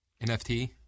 NFT